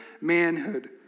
manhood